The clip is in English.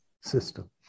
system